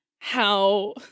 how-